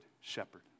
shepherd